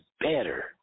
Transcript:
better